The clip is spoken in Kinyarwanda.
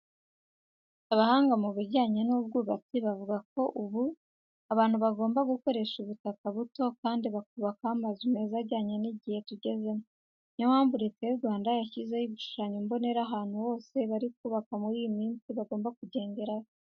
Abahanga mu bijyanye n'ubwubatsi bavuga ko kuri ubu, abantu bagomba gukoresha ubutaka buto kandi bakubakaho amazu meza ajyanye n'igihe tugezemo. Niyo mpamvu Leta y'u Rwanda yashyizeho ibishushanyo mbonera abantu bose bari kubaka muri iyi minsi bagomba kugenderaho.